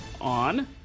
on